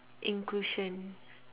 inclusion